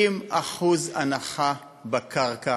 90% הנחה בקרקע